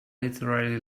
literary